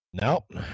Nope